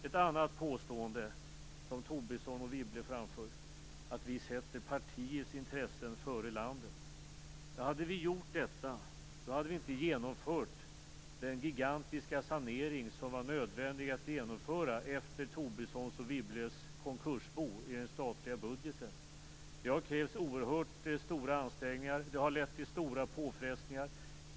Ett annat påstående som Lars Tobisson och Anne Wibble framfört är att vi sätter partiets intressen före landets. Hade vi gjort det, hade vi inte genomfört den gigantiska sanering som var nödvändig att genomföra i den statliga budgeten efter Tobissons och Wibbles konkursbo. Det har krävt oerhört stora ansträngningar. Det har lett till stora påfrestningar.